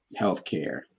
healthcare